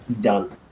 done